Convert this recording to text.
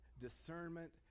discernment